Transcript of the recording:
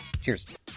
Cheers